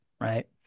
right